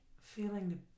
feeling